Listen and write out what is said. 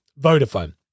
Vodafone